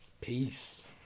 Peace